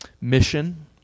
mission